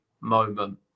moment